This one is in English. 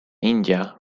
india